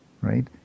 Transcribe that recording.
right